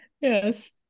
Yes